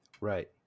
Right